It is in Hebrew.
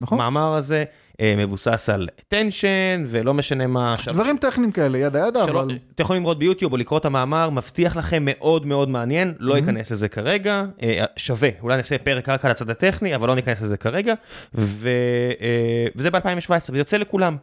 המאמר הזה מבוסס על אטנשין, ולא משנה מה. דברים טכניים כאלה, ידה ידה, אבל. אתם יכולים לראות ביוטיוב או לקרוא את המאמר, מבטיח לכם מאוד מאוד מעניין, לא אכנס לזה כרגע, שווה, אולי נעשה פרק רק על הצד הטכני, אבל לא נכנס לזה כרגע. וזה ב-2017, ויוצא לכולם.